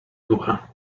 ducha